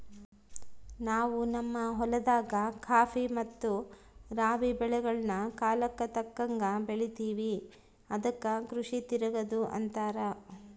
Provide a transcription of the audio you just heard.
ನಾವು ನಮ್ಮ ಹೊಲದಾಗ ಖಾಫಿ ಮತ್ತೆ ರಾಬಿ ಬೆಳೆಗಳ್ನ ಕಾಲಕ್ಕತಕ್ಕಂಗ ಬೆಳಿತಿವಿ ಅದಕ್ಕ ಕೃಷಿ ತಿರಗದು ಅಂತಾರ